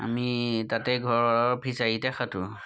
আমি তাতেই ঘৰৰ ফিজাৰীতে সাঁতোৰোঁ